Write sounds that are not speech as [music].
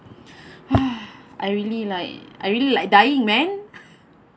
[noise] I really like I really like dying man